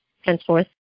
henceforth